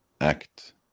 act